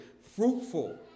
fruitful